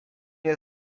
nie